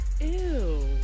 Ew